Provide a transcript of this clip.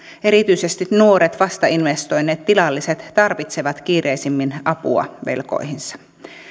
erityisesti nuoret vasta investoineet tilalliset tarvitsevat kiireisimmin apua velkoihinsa